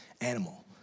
animal